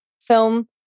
film